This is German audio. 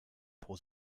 pro